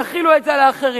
יחילו את זה על האחרים.